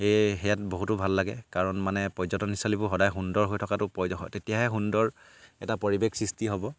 এই সেয়াত বহুতো ভাল লাগে কাৰণ মানে পৰ্যটনস্থলীবোৰ সদায় সুন্দৰ হৈ থকাটো প্ৰয়োজনীয় তেতিয়াহে সুন্দৰ এটা পৰিৱেশ সৃষ্টি হ'ব